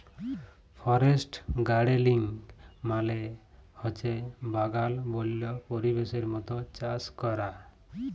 forest গাড়েলিং মালে হছে বাগাল বল্য পরিবেশের মত চাষ ক্যরা